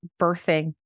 birthing